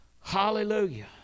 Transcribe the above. Hallelujah